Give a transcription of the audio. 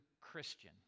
Christian